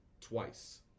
twice